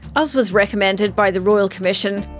as was recommended by the royal commission.